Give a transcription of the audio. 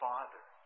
Father